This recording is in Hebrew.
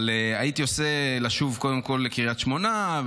הייתי עושה כנס לשוב קודם כול לקריית שמונה,